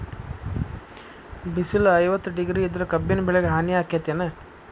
ಬಿಸಿಲ ಐವತ್ತ ಡಿಗ್ರಿ ಇದ್ರ ಕಬ್ಬಿನ ಬೆಳಿಗೆ ಹಾನಿ ಆಕೆತ್ತಿ ಏನ್?